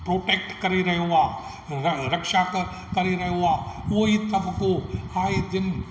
protect करे रहियो आहे र रक्षा करे रहियो आहे उहो ई तबिक़ो आहे